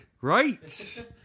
right